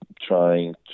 trying